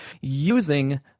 Using